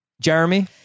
Jeremy